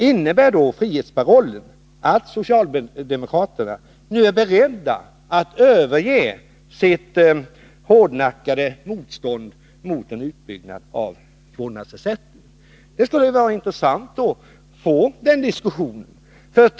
Innebär frihetsparollen att socialdemokraterna nu är beredda att överge sitt hårdnackade motstånd mot en utbyggnad av vårdnadsersättningen? Det skulle vara intressant att få till stånd en diskussion i detta sammanhang.